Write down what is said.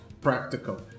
Practical